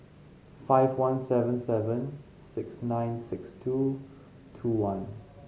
five one seven seven six nine six two two one